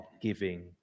giving